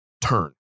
turn